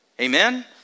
Amen